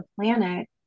planet